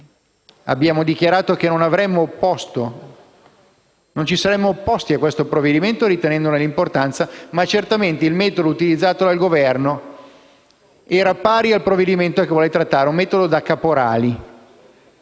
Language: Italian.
Abbiamo dichiarato che non ci saremmo opposti a questo provvedimento, ritenendolo importante, ma certamente il metodo utilizzato dal Governo è pari al fenomeno che il provvedimento affronta: un metodo da caporali.